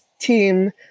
team